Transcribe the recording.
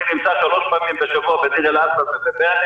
אני נמצא שלוש פעמים בשבוע בדיר אל אסד ובבעינה